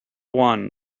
one